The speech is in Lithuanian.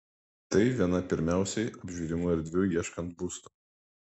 tai viena pirmiausiai apžiūrimų erdvių ieškant būsto